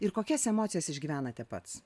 ir kokias emocijas išgyvenate pats